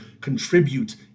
contribute